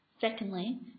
Secondly